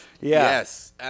Yes